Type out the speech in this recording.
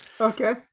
Okay